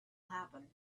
happen